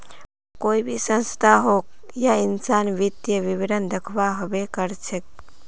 कोई भी संस्था होक या इंसान वित्तीय विवरण दखव्वा हबे कर छेक